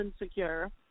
Insecure